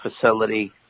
facility